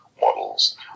models